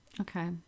Okay